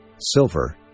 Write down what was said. silver